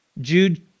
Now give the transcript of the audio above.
Jude